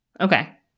Okay